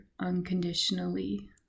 unconditionally